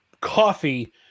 coffee